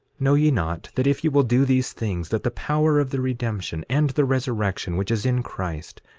know ye not that if ye will do these things, that the power of the redemption and the resurrection, which is in christ,